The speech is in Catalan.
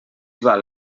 val